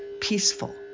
peaceful